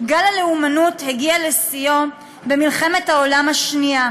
גל הלאומנות הגיע לשיאו במלחמת העולם השנייה,